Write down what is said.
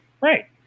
Right